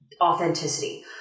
authenticity